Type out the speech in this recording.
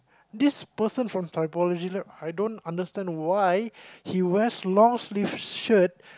this person from trilogy lab I don't understand why he wears long sleeve shirt